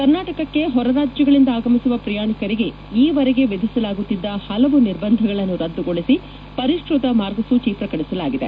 ಕರ್ನಾಟಕಕ್ಕೆ ಹೊರ ರಾಜ್ಯಗಳಿಂದ ಆಗಮಿಸುವ ಪ್ರಯಾಣಿಕರಿಗೆ ಈವರೆಗೆ ವಿಧಿಸಲಾಗುತ್ತಿದ್ದ ಹಲವು ನಿರ್ಬಂಧಗಳನ್ನು ರದ್ದುಗೊಳಿಸಿ ಪರಿಷ್ಣತ ಮಾರ್ಗಸೂಚಿ ಪ್ರಕಟಿಸಲಾಗಿದೆ